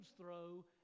throw